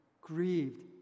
grieved